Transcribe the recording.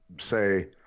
say